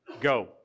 Go